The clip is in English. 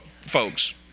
folks